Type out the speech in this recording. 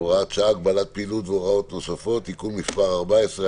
(הוראת שעה) (הגבלת פעילות והוראות נוספות) (תיקון מס' 14),